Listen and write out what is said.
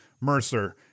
Mercer